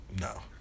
No